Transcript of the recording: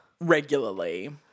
Regularly